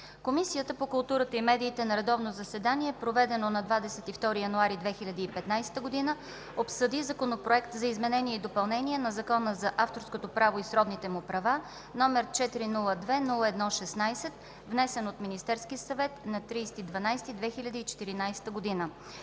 Комисията по културата и медиите на редовно заседание, проведено на 22 януари 2015 г., обсъди Законопроект за изменение и допълнение на Закона за авторското право и сродните му права, № 402-01-16, внесен от Министерския съвет на 30